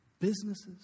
businesses